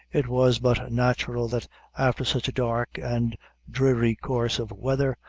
it was but natural that after such a dark and dreary course of weather,